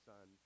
Son